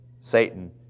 Satan